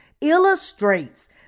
illustrates